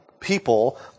people